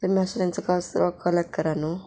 तें मास्सो तेंचो कसरो कलॅक्ट करा न्हू